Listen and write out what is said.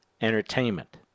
Entertainment